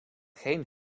geen